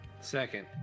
Second